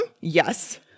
Yes